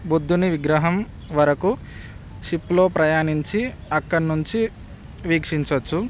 బుద్ధుని విగ్రహం వరకు సిప్లో ప్రయాణించి అక్కడి నుండి వీక్షించచ్చు